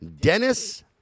Dennis